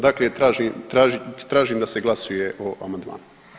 Dakle tražim da se glasuje o amandmanu.